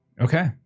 Okay